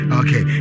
okay